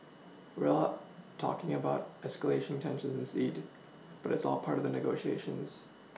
we all talking about escalation tensions indeed but it's all part of the negotiations